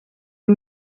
uyu